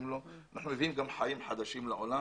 הוא מביא גם חיים חדשים לעולם.